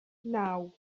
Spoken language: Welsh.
naw